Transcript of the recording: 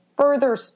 further